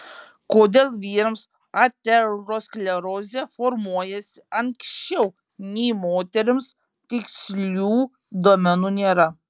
kodėl vyrams aterosklerozė formuojasi anksčiau nei moterims tikslių duomenų nėra